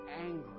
angry